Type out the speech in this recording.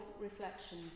reflection